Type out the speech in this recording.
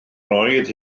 oedd